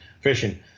fishing